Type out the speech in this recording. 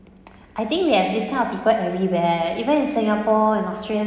I think we have this kind of people everywhere even in singapore and australia